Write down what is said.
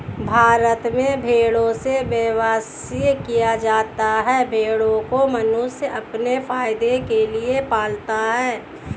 भारत में भेड़ों से व्यवसाय किया जाता है भेड़ों को मनुष्य अपने फायदे के लिए पालता है